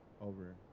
over